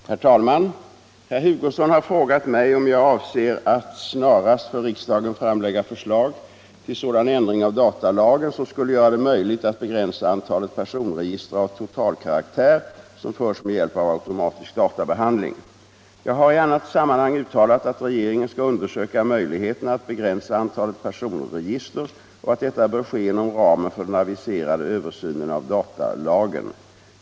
166, och anförde: Herr talman! Herr Hugosson har frågat mig om jag avser att snarast för riksdagen framlägga förslag till sådan ändring av datalagen som skulle göra det möjligt att begränsa antalet personregister av totalkaraktär som förs med hjälp av automatisk databehandling. 43 Jag har i annat sammanhang uttalat att regeringen skall undersöka möjligheterna att begränsa antalet personregister och att detta bör ske inom ramen för den aviserade översynen av datalagen.